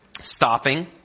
stopping